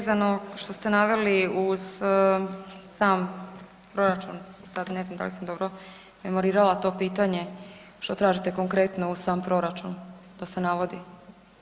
Vezano što ste naveli uz sam proračun, sad ne znam da li sam dobro memorirala to pitanje što tražite konkretno uz sam proračun da se navodi.